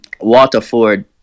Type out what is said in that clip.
Waterford